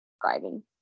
driving